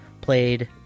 played